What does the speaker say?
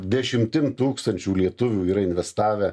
dešimtim tūkstančių lietuvių yra investavę